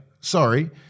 Sorry